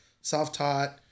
self-taught